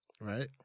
right